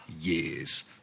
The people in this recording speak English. years